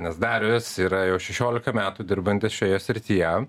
nes darius yra jau šešiolika metų dirbantis šioje srityje